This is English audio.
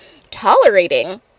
tolerating